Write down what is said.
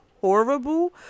horrible